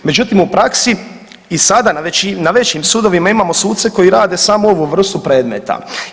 Međutim, u praksi i sada na većim sudovima imamo suce koji rade samo ovu vrstu predmeta.